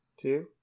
Two